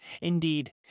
Indeed